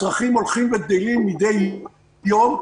הצרכים הולכים וגדלים מידי יום.